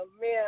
man